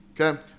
Okay